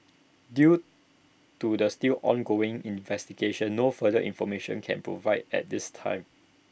due to the still ongoing investigation no further information can be provided at this time